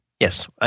Yes